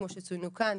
כמו שצוינו כאן,